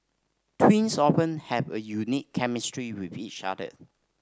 twins often have a unique chemistry with each other